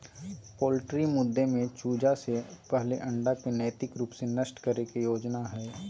poultry मुद्दे में चूजा से पहले अंडा के नैतिक रूप से नष्ट करे के योजना हइ